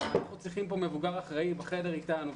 אנחנו צריכים מבוגר אחראי בחדר איתנו.